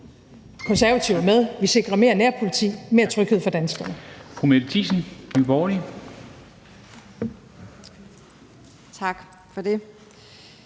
Konservative er med. Vi sikrer mere nærpoliti og mere tryghed for danskerne.